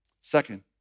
Second